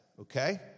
okay